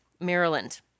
Maryland